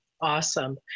Awesome